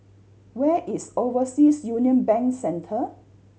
where is Overseas Union Bank Centre